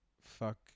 fuck